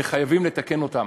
וחייבים לתקן אותם.